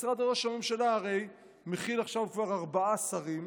משרד ראש הממשלה הרי מכיל עכשיו כבר ארבעה שרים.